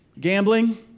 gambling